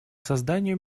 созданию